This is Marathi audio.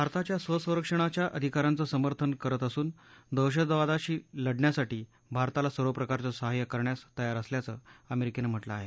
भारताच्या स्वसंरक्षणाच्या अधिकाराचं समर्थन करत असून दहशतवादाशी लढण्यासाठी भारताला सर्वप्रकारचं सहाय्य करण्यास तयार असल्याचं अमेरिकेनं म्हटलं आहे